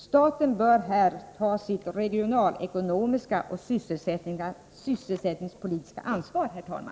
Staten bör här ta sitt regionalekonomiska och sysselsättningspolitiska ansvar, herr talman.